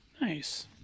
Nice